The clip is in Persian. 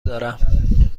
دارم